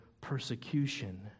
persecution